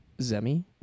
Zemi